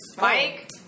Mike